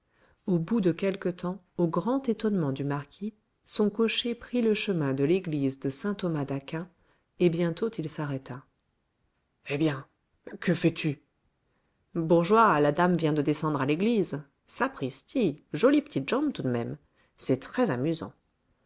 au bout de quelque temps au grand étonnement du marquis son cocher prit le chemin de l'église de saint-thomas-d'aquin et bientôt il s'arrêta eh bien que fais-tu bourgeois la dame vient de descendre à l'église sapristi jolie petite jambe tout de même c'est